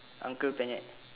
uncle penyet